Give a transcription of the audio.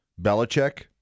Belichick